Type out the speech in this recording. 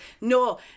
No